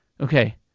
okay